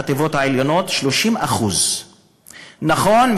בחטיבות העליונות: 30%. נכון,